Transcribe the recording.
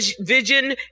vision